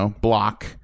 block